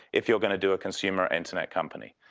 if you're going to do a consumer internet company.